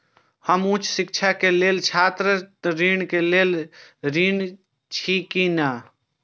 हम उच्च शिक्षा के लेल छात्र ऋण के लेल ऋण छी की ने?